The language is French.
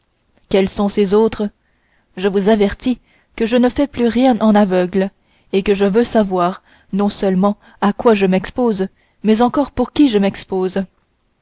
quels sont ces autres je vous avertis je ne fais plus rien en aveugle et je veux savoir non seulement à quoi je m'expose mais encore pour qui je m'expose